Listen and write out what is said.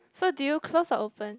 so did you close or open